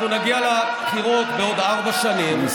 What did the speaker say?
אנחנו נגיע לבחירות בעוד ארבע שנים,